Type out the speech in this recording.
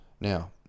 Now